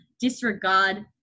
disregard